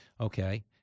Okay